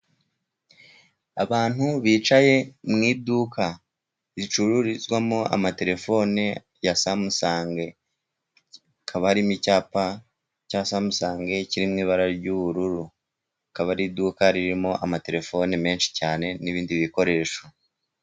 Abantu bicaye mu iduka zicururizwamo amaterefone ya SUMSUNG. Hakaba harimo icyapa cya SUMSUNG, kiri mu ibara ry'ubururu. Rikaba ari iduka ririmo amaterefoni menshi cyane n'ibindi bikoresho.